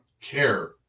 care